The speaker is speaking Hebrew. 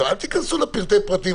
אל תיכנסו לפרטי פרטים.